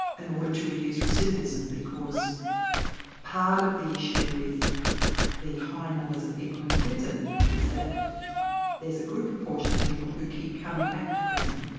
in order to reduce recidivism, because part of the issue with the high numbers of people in prison is that there's a good proportion of people who keep coming back to prison.